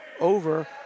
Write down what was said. over